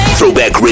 Throwback